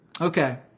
Okay